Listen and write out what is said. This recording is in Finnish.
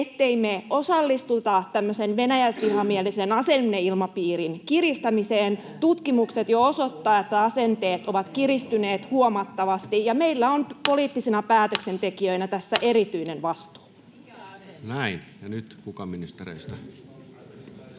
ettei osallistuta tämmöisen venäläisvihamielisen asenneilmapiirin kiristämiseen? Tutkimukset jo osoittavat, että asenteet ovat kiristyneet huomattavasti, ja meillä on poliittisina päätöksentekijöinä tässä erityinen vastuu. Ja nyt, kuka ministereistä?